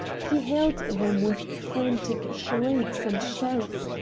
he hailed them with frantic shrieks and shouts,